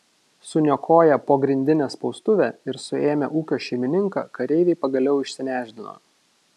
suniokoję pogrindinę spaustuvę ir suėmę ūkio šeimininką kareiviai pagaliau išsinešdino